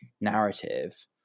narrative